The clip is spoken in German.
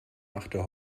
machte